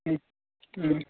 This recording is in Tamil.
ம் ம்